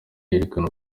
yerekana